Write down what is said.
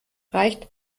reicht